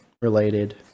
related